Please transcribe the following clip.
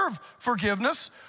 forgiveness